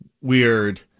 weird